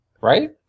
Right